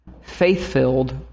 faith-filled